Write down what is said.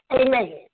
Amen